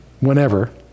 whenever